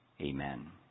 Amen